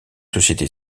société